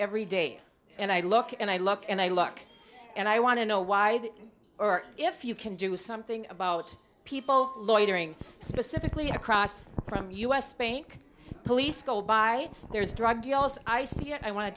every day and i look and i look and i look and i want to know why that or if you can do something about people loitering specifically across from us bank police go by there's drug deals i see and i want to